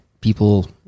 people